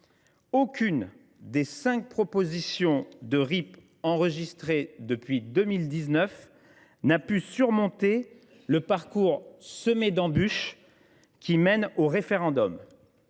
Aucune des cinq propositions de RIP enregistrées depuis 2019 n’a pu surmonter le parcours semé d’embûches censé mener au référendum